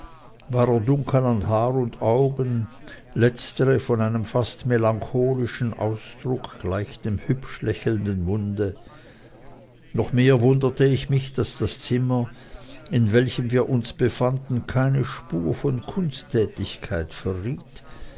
haar und augen letztere von einem fast melancholischen ausdruck gleich dem hübsch lächelnden munde noch mehr wunderte ich mich daß das zimmer in welchem wir uns befanden keine spur von kunsttätigkeit verriet